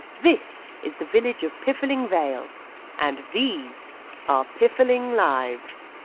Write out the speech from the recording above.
this is the village of piffling vale and these are piffling lives.